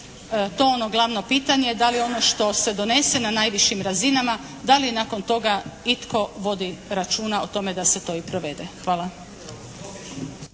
to ono glavno pitanje da li ono što se donese na najvišim razinama da li je nakon toga itko vodi računa o tome da se to i provede? Hvala.